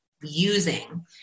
using